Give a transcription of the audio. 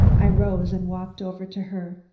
i rose and walked over to her,